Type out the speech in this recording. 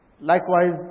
Likewise